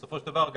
בסופו של דבר,